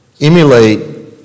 emulate